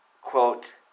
quote